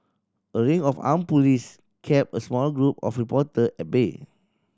a ring of armed police kept a small group of reporter at bay